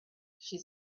she